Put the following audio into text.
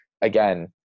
again